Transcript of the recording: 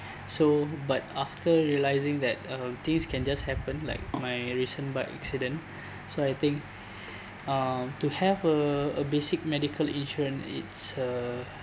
so but after realizing that uh things can just happen like my recent bike accident so I think um to have a a basic medical insurance it's a